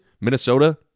Minnesota